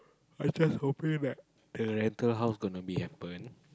I just hoping that the rental house gonna be happen